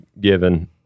given